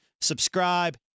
Subscribe